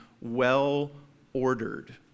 well-ordered